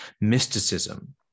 mysticism